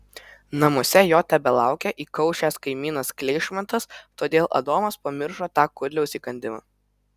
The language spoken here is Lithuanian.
namuose jo tebelaukė įkaušęs kaimynas kleišmantas todėl adomas pamiršo tą kudliaus įkandimą